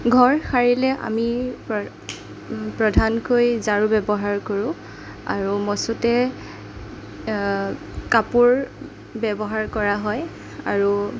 ঘৰ সাৰিলে আমি প্ৰধানকৈ ঝাৰু ব্যৱহাৰ কৰোঁ আৰু মচোঁতে কাপোৰ ব্যৱহাৰ কৰা হয় আৰু